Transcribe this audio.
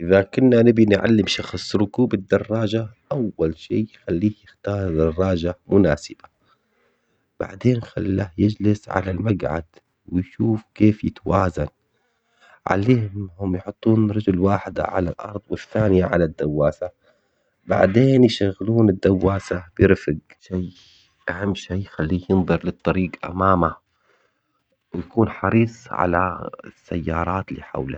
إذا كنا نبي نعلم شخص ركوب الدراجة أول شي خليه يختار دراجة مناسبة، بعدين خله يجلس على المقعد ويشوف كيف يتوازن عليهم يحطون رجل وحدة على الأرض والثانية على الدواسة، بعدين يشغلون الدواسة برفق شي أهم شي خليه ينظر للطريق أمامه ويكون حريص على السيارات اللي حوله.